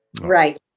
Right